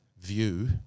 view